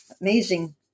amazing